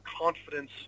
confidence